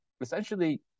essentially